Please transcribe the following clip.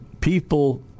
people